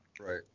Right